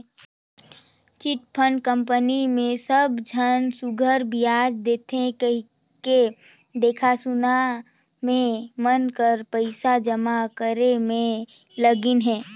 chit fund company मे सब झन सुग्घर बियाज देथे कहिके देखा सुना में मन कर पइसा जमा करे में लगिन अहें